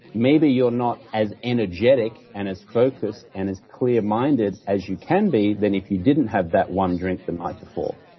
maybe you're not as energetic and as focused and as clear-minded as you can be, than if you didn't have that one drink the night before.